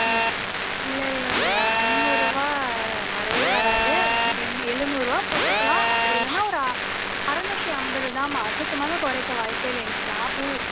இ இல்லை இல்லை இல்லைல ஐநூறுரூவா வரவே வராது எண் எண் எழுநூறுரூவா போட்டுக்கலாம் அப்படி இல்லைனா ஒரு அ அறநூற்றி ஐம்பது தான்ம்மா அதுக்குமேலே குறைக்க வாய்ப்பே இல்லை எங்களுக்கு லாபம் இருக்